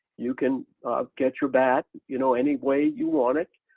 you can get your bat, you know any way you want it.